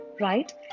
right